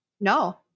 No